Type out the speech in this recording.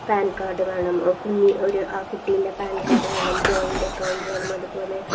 pan card വേണം കുഞ്ഞി ഒരു ആ കുട്ടീൻ്റെ പാൻ കാർഡ് വേണം ജോയിൻ്റ് അക്കൗണ്ട് വേണം അതുപോലെ